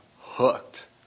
hooked